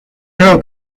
creo